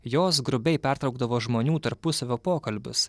jos grubiai pertraukdavo žmonių tarpusavio pokalbius